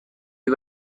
you